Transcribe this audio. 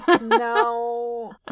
No